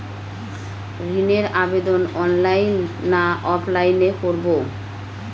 ঋণের আবেদন অনলাইন না অফলাইনে করব?